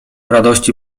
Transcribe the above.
radości